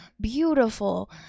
beautiful